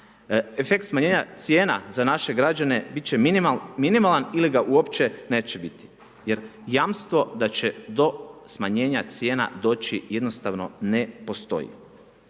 efekt smanjenja cijena za naše građane bit će minimalan ili ga uopće neće biti jer jamstvo da će do smanjenja cijena doći jednostavno ne postoji.